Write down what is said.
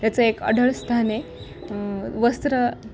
त्याचं एक अढळ स्थान आहे वस्त्र